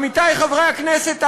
עמיתי חברי הכנסת,